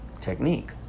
technique